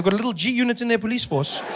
but little g-unit in their police force.